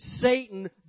Satan